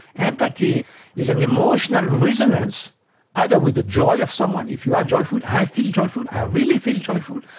empathy is an emotional resonance either with the joy of someone, if you are joyful i feel joyful, i really feel joyful.